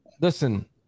Listen